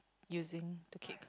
using to kick